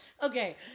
Okay